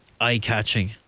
eye-catching